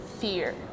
fear